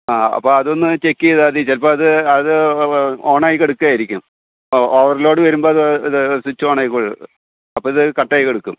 ആ അപ്പോൾ അതൊന്ന് ചെക്ക് ചെയ്താൽ മതി ചിലപ്പം ഒന്ന് അത് അത് ഓണായി കിടക്കുവായിരിക്കും ഓ ഓവർലോഡ് വരുമ്പോൾ ചിലപ്പോൾ അത് സ്വിച്ച് ഓണായി പോകുന്നത് അപ്പോൾ അത് കറക്റ്റായി കിടക്കും